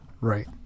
Right